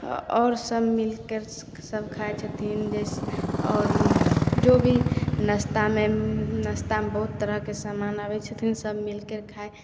आओर सभ मिलिके सभ खाइ छथिन जाहिसे आओर जो भी नाश्तामे नाश्तामे बहुत तरहके सामान आबै छथिन सभ मिलिके खाइ